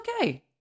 okay